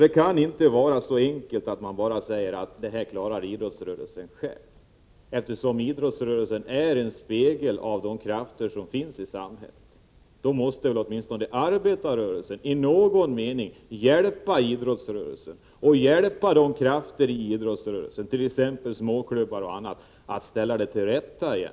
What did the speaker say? Det kan inte vara så enkelt som att bara säga att det här klarar idrottsrörelsen själv, eftersom idrottsrörelsen är en spegel av de krafter som finns i samhället. Då måste åtminstone arbetarrörelsen på något sätt hjälpa idrottsrörelsen och sådana krafter inom idrottsrörelsen som exempelvis småklubbarna för att ställa det hela till rätta igen.